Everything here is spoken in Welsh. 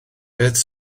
beth